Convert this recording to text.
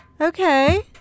Okay